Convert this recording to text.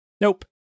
Nope